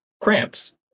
cramps